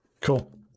Cool